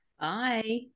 Bye